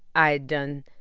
i had done